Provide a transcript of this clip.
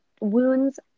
wounds